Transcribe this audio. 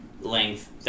Length